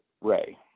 Ray